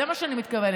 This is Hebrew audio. זה מה שאני מתכוונת.